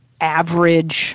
average